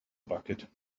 bucket